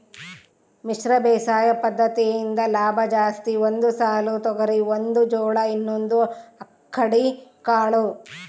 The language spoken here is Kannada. ಮಿಶ್ರ ಬೇಸಾಯ ಪದ್ದತಿಯಿಂದ ಲಾಭ ಜಾಸ್ತಿ ಒಂದು ಸಾಲು ತೊಗರಿ ಒಂದು ಜೋಳ ಇನ್ನೊಂದು ಅಕ್ಕಡಿ ಕಾಳು